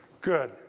good